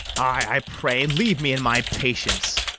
i pray, leave me in my patience.